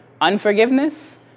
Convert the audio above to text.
unforgiveness